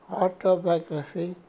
autobiography